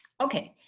okay,